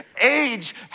age